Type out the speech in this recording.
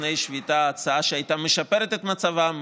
לפני השביתה הצעה שהייתה משפרת את מצבם,